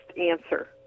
answer